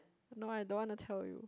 no I don't want to tell you